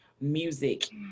music